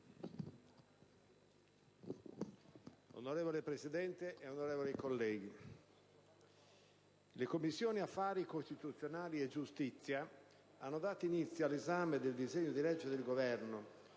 Signor Presidente, onorevoli senatori, le Commissioni affari costituzionali e giustizia hanno dato inizio all'esame del disegno di legge del Governo